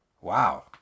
Wow